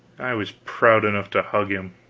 i was proud enough to hug him,